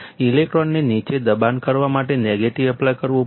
ઇલેક્ટ્રોનને નીચે દબાણ કરવા માટે નેગેટિવ એપ્લાય કરવું પડશે